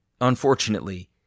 Unfortunately